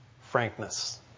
frankness